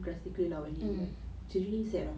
drastically lah when he like really sad lah